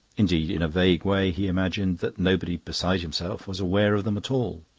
indeed, in a vague way he imagined that nobody beside himself was aware of them at all.